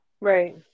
Right